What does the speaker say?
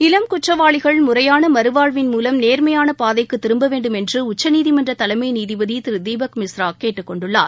இளம் குற்றவாளிகள் முறையான மறுவாழ்வின் மூலம் நேர்மையான பாதைக்கு திரும்ப வேண்டும் என்று உச்சநீதிமன்ற தலைமை நீதிபதி திரு தீபக் மிஸ்ரா கேட்டுக் கொண்டுள்ளார்